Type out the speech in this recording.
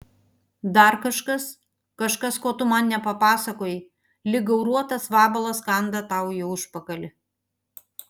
dar kažkas kažkas ko tu man nepapasakojai lyg gauruotas vabalas kanda tau į užpakalį